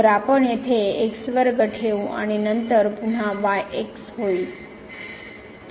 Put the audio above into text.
तर आपण येथे x वर्ग ठेवू आणि नंतर पुन्हा y x होईल